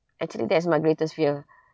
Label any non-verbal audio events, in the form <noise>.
actually that is my greatest fear <breath>